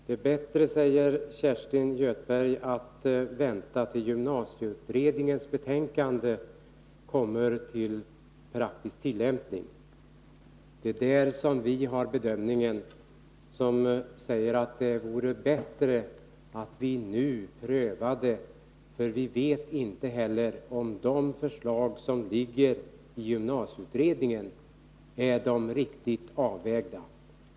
Det är bättre, säger Kerstin Göthberg, att vänta tills gymnasieutredningens förslag kommer i praktisk tillämpning. Men vi har bedömningen att det vore bättre att pröva nu, för vi vet inte om de förslag som gymnasieutredningen lägger fram är de riktigt avvägda.